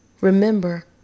Remember